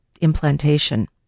implantation